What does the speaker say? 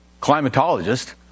climatologist